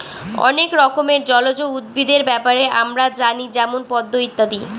অনেক রকমের জলজ উদ্ভিদের ব্যাপারে আমরা জানি যেমন পদ্ম ইত্যাদি